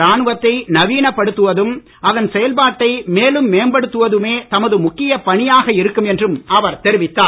ராணுவத்தை நவீனப்படுத்துவதும் அதன் செயல்பாட்டை மேலும் மேம்படுத்துவதுமே தமது முக்கியப் பணியாக இருக்கும் என்றும் அவர் தெரிவித்தார்